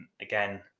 Again